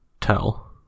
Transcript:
tell